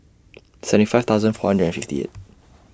seventy five thousand four hundred and fifty eight